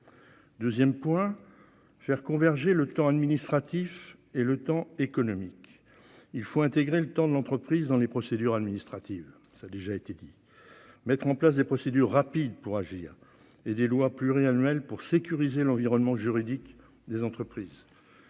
Deuxièmement, il faut faire converger le temps administratif et le temps économique. Il faut intégrer le temps de l'entreprise dans les procédures administratives, mettre en place des procédures rapides pour agir et adopter des lois pluriannuelles pour sécuriser l'environnement juridique des entreprises.